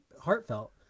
heartfelt